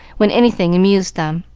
when anything amused them.